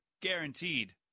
Guaranteed